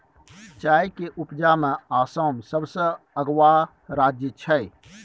चाय के उपजा में आसाम सबसे अगुआ राज्य छइ